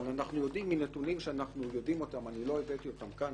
אבל מנתונים שאנחנו יודעים ולא הבאתי אותם לכאן,